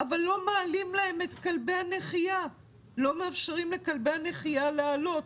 אבל לא מאפשרים לכלבי הנחייה שלהם לעלות.